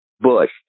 Bush